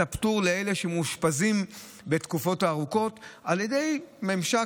הפטור לאלה שמאושפזים תקופות ארוכות על ידי ממשק.